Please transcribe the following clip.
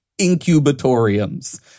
incubatoriums